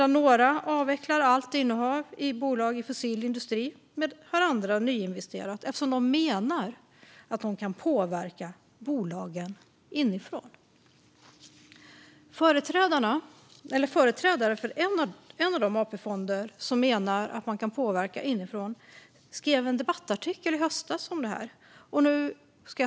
Några avvecklar allt innehav i bolag i fossil industri medan andra nyinvesterar eftersom de menar att de kan påverka bolagen inifrån. Företrädare för en av de AP-fonder som menar att man kan påverka inifrån skrev i en debattartikel i höstas om detta.